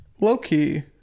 low-key